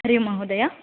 हरि ओं महोदय